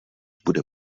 bude